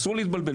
אסור להתבלבל,